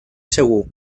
segur